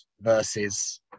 versus